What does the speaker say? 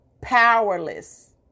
powerless